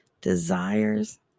desires